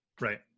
Right